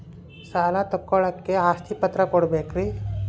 ಸಾಲ ತೋಳಕ್ಕೆ ಆಸ್ತಿ ಪತ್ರ ಕೊಡಬೇಕರಿ?